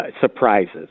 surprises